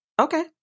okay